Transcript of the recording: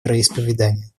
вероисповедания